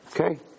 Okay